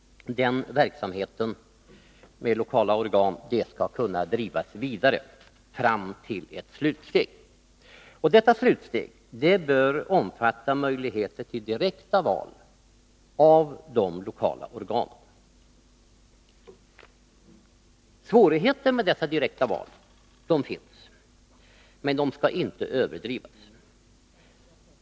Denna försöksverksamhet bör, enligt vår mening, drivas vidare fram till ett slutsteg. Detta slutsteg bör omfatta möjligheter till direkta val av de lokala organen. Svårigheter med dessa direkta val finns, men de skall inte överdrivas.